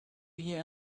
here